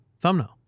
thumbnail